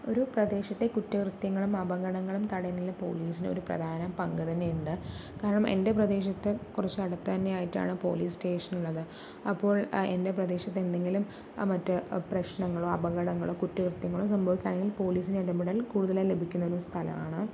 ഒരു പ്രദേശത്തെ കുറ്റകൃത്യങ്ങളും അപകടങ്ങളും തടയുന്നതിന് പോലീസിന് ഒരു പ്രധാന പങ്ക് തന്നെയുണ്ട് കാരണം എൻ്റെ പ്രദേശത്ത് കുറച്ച് അടുത്ത് തന്നെ ആയിട്ടാണ് പോലീസ് സ്റ്റേഷൻ ഉള്ളത് അപ്പോൾ എൻ്റെ പ്രദേശത്ത് എന്തെങ്കിലും മറ്റ് പ്രശ്നങ്ങളോ അപകടങ്ങളോ കുറ്റകൃത്യങ്ങളോ സംഭവിക്കുകയാണെങ്കിൽ പോലീസിൻ്റെ ഇടപെടൽ കൂടുതലായി ലഭിക്കുന്ന ഒരു സ്ഥലമാണ്